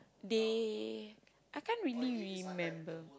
they I can't really remember